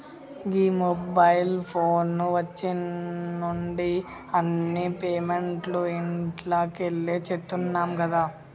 గీ mobile phone వచ్చిన్నుండి అన్ని పేమెంట్లు ఇంట్లకెళ్లే చేత్తున్నం గదా